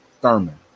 Thurman